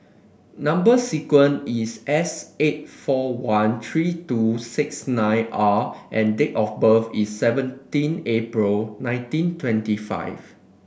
number sequence is S eight four one three two six nine R and date of birth is seventeen April nineteen twenty five